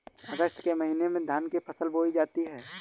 अगस्त के महीने में धान की फसल बोई जाती हैं